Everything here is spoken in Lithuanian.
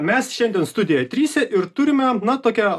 mes šiandien studijoje trise ir turime na tokią